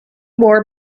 wore